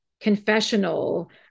confessional